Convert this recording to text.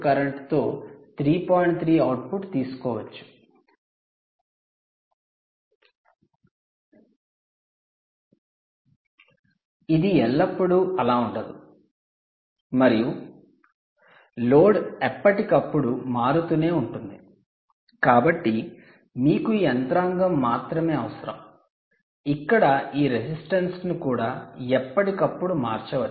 3 output తీసుకోవచ్చు ఇది ఎల్లప్పుడూ అలా ఉండదు మరియు లోడ్ ఎప్పటికప్పుడు మారుతూనే ఉంటుంది కాబట్టి మీకు ఈ యంత్రాంగం మాత్రమే అవసరం ఇక్కడ ఈ రెసిస్టన్స్ ను కూడా ఎప్పటికప్పుడు మార్చవచ్చు